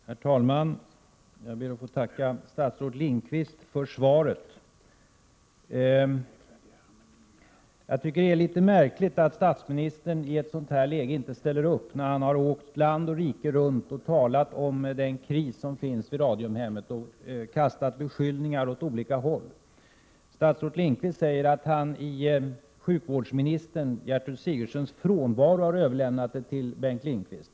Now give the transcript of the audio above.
Herr talman! Jag ber att få tacka statsrådet Lindqvist för svaret. Det är litet märkligt att statsministern i ett läge som detta inte ställer upp och svarar på denna fråga, när han har åkt land och rike runt och talat om den kris som råder vid Radiumhemmet och riktat beskyllningar åt olika håll. Statsministern har i sjukvårdsminister Gertrud Sigurdsens frånvaro överlämnat frågan till statsrådet Bengt Lindqvist.